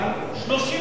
30 מיליארד.